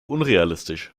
unrealistisch